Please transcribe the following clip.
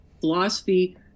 philosophy